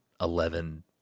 Eleven